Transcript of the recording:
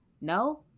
No